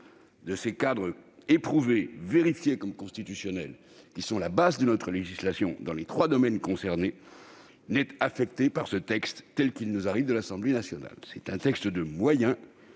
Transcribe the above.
ces cadres éprouvés et reconnus comme constitutionnels qui sont la base de notre législation dans les trois domaines concernés, n'est affecté par les dispositions de ce texte, tel qu'il nous arrive de l'Assemblée nationale. Il s'agit d'un texte de moyens